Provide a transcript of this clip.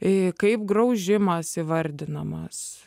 ir kaip graužimas įvardinamas